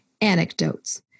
anecdotes